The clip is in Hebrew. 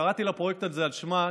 קראתי לפרויקט הזה על שמה,